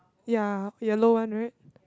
ya yellow one right